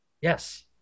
Yes